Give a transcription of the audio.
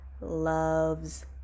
loves